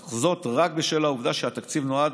אך זאת רק בשל העובדה שהתקציב נועד